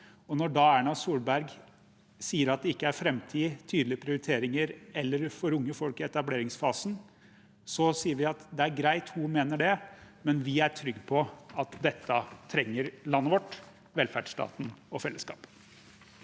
når da Erna Solberg sier at det ikke er noe her om framtid, noen tydelige prioriteringer eller noe for unge folk i etableringsfasen, sier vi at det er greit at hun mener det, men vi er trygge på at dette trenger landet vårt, velferdsstaten og fellesskapet.